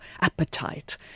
appetite